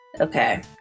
Okay